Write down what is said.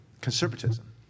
conservatism